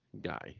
guy